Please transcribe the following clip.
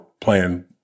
playing